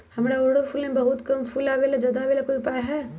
हमारा ओरहुल में बहुत कम फूल आवेला ज्यादा वाले के कोइ उपाय हैं?